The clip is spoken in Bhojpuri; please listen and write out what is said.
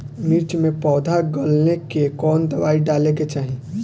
मिर्च मे पौध गलन के कवन दवाई डाले के चाही?